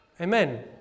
Amen